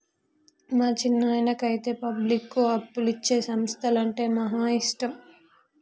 మా చిన్నాయనకైతే పబ్లిక్కు అప్పులిచ్చే సంస్థలంటే మహా ఇష్టం